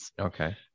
Okay